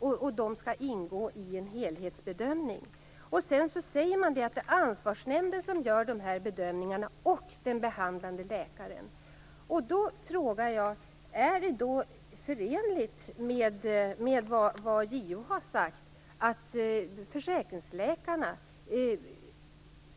De skall dessutom ingå i en helhetsbedömning. Sedan säger man att det är ansvarsnämnden och den behandlande läkaren som gör de här bedömningarna. Då frågar jag: Är det förenligt med vad JO har sagt att försäkringsläkarna